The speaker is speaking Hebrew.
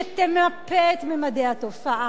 שתמפה את ממדי התופעה,